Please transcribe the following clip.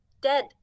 dead